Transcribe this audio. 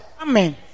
Amen